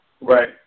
right